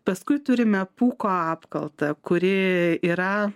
paskui turime pūko apkaltą kuri yra